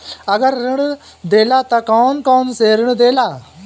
अगर ऋण देला त कौन कौन से ऋण देला?